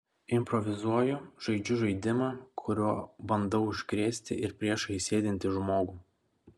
improvizuoju žaidžiu žaidimą kuriuo bandau užkrėsti ir priešais sėdintį žmogų